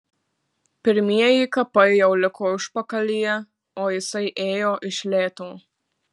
pirmieji kapai jau liko užpakalyje o jisai ėjo iš lėto